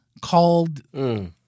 called